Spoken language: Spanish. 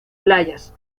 playas